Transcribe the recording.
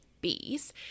bees